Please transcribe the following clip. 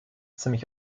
ziemlich